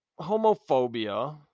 homophobia